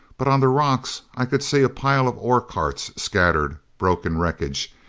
but on the rocks i could see a pile of ore carts scattered broken wreckage,